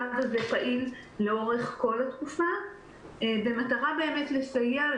הקו הזה פעיל לאורך כל התקופה במטרה לסייע,